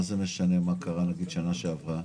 מה זה משנה מה קרה בשנה שעברה?